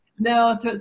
No